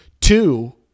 two